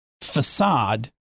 facade